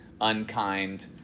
unkind